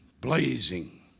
blazing